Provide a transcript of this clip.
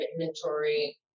inventory